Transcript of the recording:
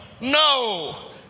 No